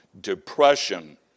depression